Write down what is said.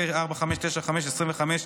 פ/4595/25,